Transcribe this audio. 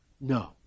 No